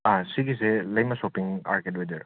ꯁꯤꯒꯤꯁꯦ ꯂꯩꯃꯥ ꯁꯣꯄꯤꯡ ꯑꯥꯔꯀꯦꯠ ꯑꯣꯏꯗꯣꯏꯔꯣ